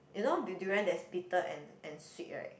you know the durian there's bitter and and sweet [right]